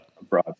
abroad